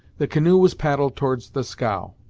the canoe was paddled towards the scow.